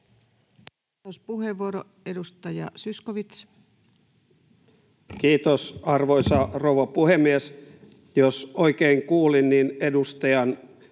Vastauspuheenvuoro, edustaja Zyskowicz. Kiitos, arvoisa rouva puhemies! Jos oikein kuulin, niin edustajan